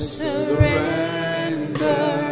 surrender